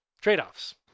trade-offs